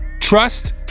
trust